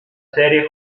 serie